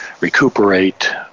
recuperate